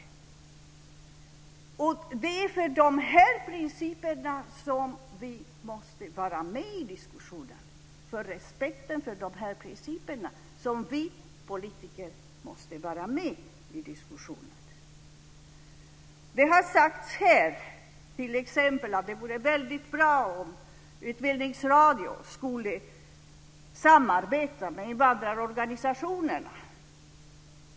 Det är för respekten för dessa principer som vi politiker måste vara med i diskussionen. Det har sagts här t.ex. att det vore väldigt bra om Utbildningsradion skulle samarbeta med invandrarorganisationerna.